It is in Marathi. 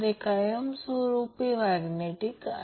हे Vg√R g RL 2 x g 2 आहे